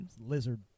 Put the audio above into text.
lizard